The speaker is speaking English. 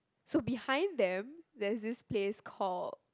so behind them there is this place called